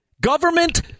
Government